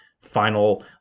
final